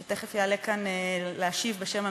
שתכף יעלה כאן להשיב בשם הממשלה,